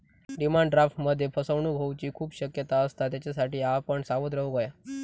demand ड्राफ्टमध्ये फसवणूक होऊची खूप शक्यता असता, त्येच्यासाठी आपण सावध रेव्हूक हव्या